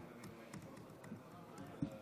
בבקשה.